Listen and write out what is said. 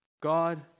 God